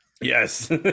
Yes